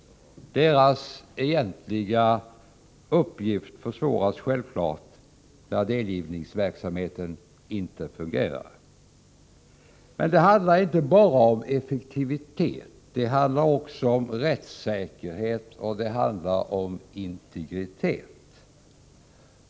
Deras egentliga uppgift försvåras självfallet när delgivningsverksamheten inte fungerar. Men det handlar inte bara om effektivitet. Det handlar också om rättssäkerhet och integritet.